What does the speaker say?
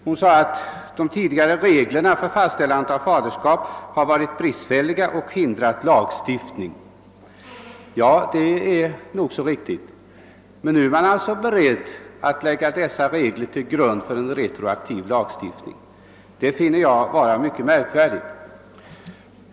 Hon sade att de tidigare reglerna för fastställande av faderskap har varit bristfälliga och hindrat lagstiftning. Det är nog så riktigt, men nu är man alltså beredd att lägga dessa regler till grund för en retroaktiv lagstiftning. Detta finner jag vara mycket märkvärdigt.